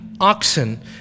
oxen